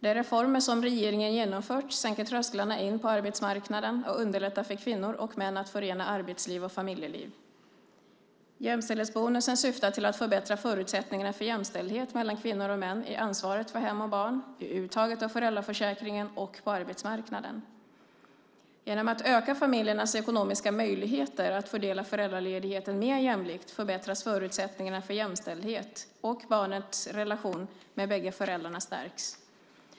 De reformer som regeringen har genomfört sänker trösklarna in på arbetsmarknaden och underlättar för kvinnor och män att förena arbetsliv och familjeliv. Jämställdhetsbonusen syftar till att förbättra förutsättningarna för jämställdhet mellan kvinnor och män i ansvaret för hem och barn, i uttaget av föräldraförsäkringen och på arbetsmarknaden. Genom att öka familjernas ekonomiska möjligheter att fördela föräldraledigheten mer jämlikt förbättras förutsättningarna för jämställdhet, och barnets relation med bägge föräldrarna stärks.